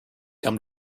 come